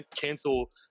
cancel